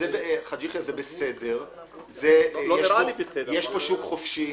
יש פה שוק חופשי.